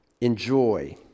enjoy